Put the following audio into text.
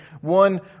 one